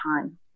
time